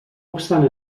obstant